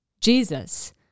Jesus